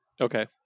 Okay